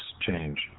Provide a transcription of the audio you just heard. change